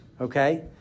Okay